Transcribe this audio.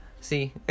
See